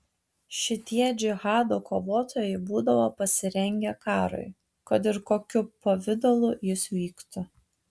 šitie džihado kovotojai būdavo pasirengę karui kad ir kokiu pavidalu jis vyktų